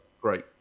great